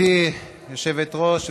גברתי היושבת-ראש,